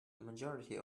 majority